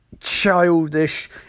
childish